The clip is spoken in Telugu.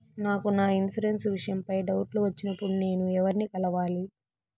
నాకు నా ఇన్సూరెన్సు విషయం పై డౌట్లు వచ్చినప్పుడు నేను ఎవర్ని కలవాలి?